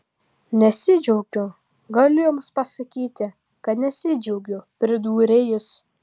nesidžiaugiu galiu jums pasakyti kad nesidžiaugiu pridūrė jis